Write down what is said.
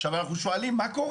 עכשיו, אנחנו שואלים: מה קורה?